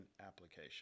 application